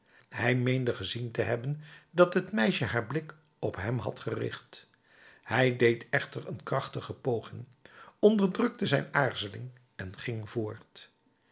hij meende gezien te hebben dat het meisje haar blik op hem had gericht hij deed echter een krachtige poging onderdrukte zijn aarzeling en ging voort